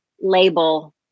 label